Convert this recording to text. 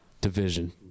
division